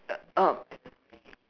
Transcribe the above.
uh um